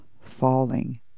falling